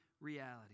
reality